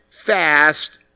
fast